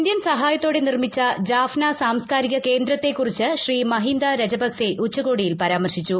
Indian സഹായത്തോടെ നിർമ്മിച്ച ജാഫ്ന സാംസ്കാരിക കേന്ദ്രത്തെ കുറിച്ച് ശ്രീ മഹീന്ദ രാജപക്സെ ഉച്ചുകോടിയിൽ പരാമർശിച്ചു